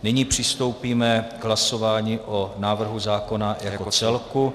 Nyní přistoupíme k hlasování o návrhu zákona jako celku.